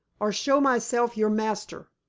or show myself your master.